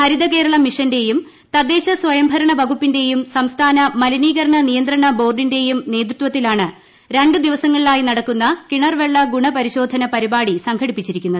ഹരിതകേരളം മിഷന്റെയും തദ്ദേശസ്യുംഭരണ വകുപ്പിന്റെയും സംസ്ഥാന മലിനീകരണ നിയന്ത്രണ ബോർഡിന്റെയും നേതൃ ത്വത്തിലാണ് രണ്ടു ദിവസങ്ങളിലായി നടക്കുന്ന കിണർവെള്ള ഗുണ പരിശോധന പരിപ്പാടി സംഘടിപ്പിച്ചിരിക്കുന്നത്